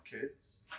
kids